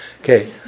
Okay